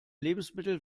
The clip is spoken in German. lebensmittel